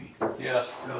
Yes